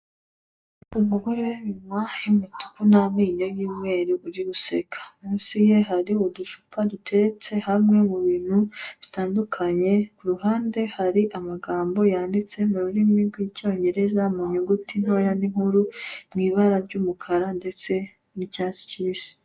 Umugore w'iminwa y'umutuku n'amenyo y'umweru uri guseka, musi ye hari udufuka duteretse hamwe mu bintu bitandukanye, ku ruhande hari amagambo yanditse mu rurimi rw'icyongereza mu nyuguti ntoya n'inkuru, mu ibara ry'umukara ndetse n'icyatsi kibisi.